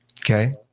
Okay